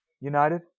United